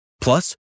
Plus